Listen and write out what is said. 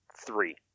Three